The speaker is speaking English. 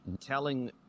telling